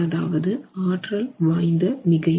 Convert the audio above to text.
அதாவது ஆற்றல் வாய்ந்த மிகைப்பு